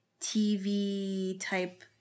TV-type